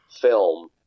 film –